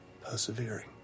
persevering